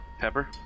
Pepper